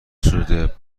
ستوده